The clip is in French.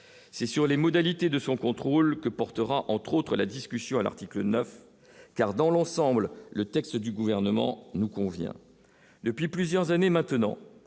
c'est sur les modalités de son contrôle que portera entre autres la discussion. à l'article 9, car dans l'ensemble, le texte du gouvernement nous convient depuis plusieurs années maintenant,